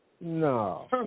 No